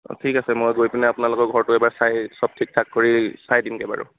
অ ঠিক আছে মই গৈপেনে আপোনালোকৰ ঘৰটো এবাৰ চাই সব ঠিক ঠাক কৰি চাই দিমগৈ বাৰু